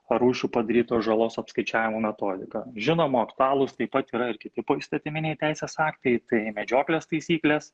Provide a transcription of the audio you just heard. rūšių padarytos žalos apskaičiavimo metodika žinoma aktualūs taip pat yra ir kiti poįstatyminiai teisės aktai tai medžioklės taisyklės